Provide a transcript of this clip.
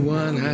one